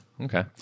Okay